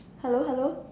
hello hello